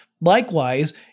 Likewise